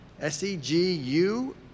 S-E-G-U